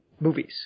movies